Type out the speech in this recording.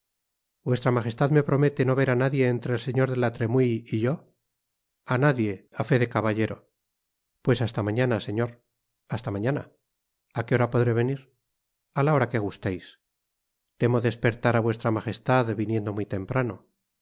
vuestra magestad me promete no ver á nadie entre el señor de la tremouille y yo a nadie á fé de caballero pues hasta mañana señor hasta mañana a qué hora podré venir ala hora que gusteis temo despertará vuestra magestad viniendo muy temprano